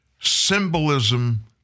Symbolism